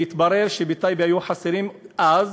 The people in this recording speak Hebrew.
והתברר שבטייבה היו חסרים אז